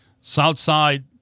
Southside